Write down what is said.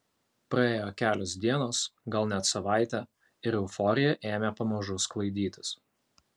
praėjo kelios dienos gal net savaitė ir euforija ėmė pamažu sklaidytis